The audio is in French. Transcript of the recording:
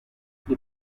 les